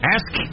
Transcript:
Ask